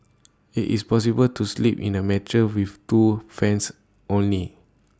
IT is possible to sleep in A mattress with two fans only